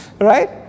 Right